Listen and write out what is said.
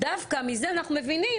דווקא מזה אנחנו מבינים